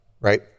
Right